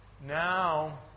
Now